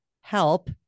help